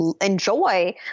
enjoy